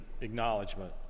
acknowledgement